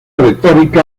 retórica